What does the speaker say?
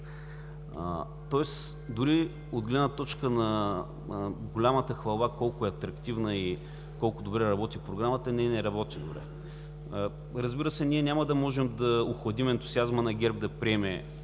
Тоест дори от гледна точка на голямата хвалба колко е атрактивна и колко добре работи програмата – не, не работи добре! Разбира се, няма да можем да охладим ентусиазма на ГЕРБ да приеме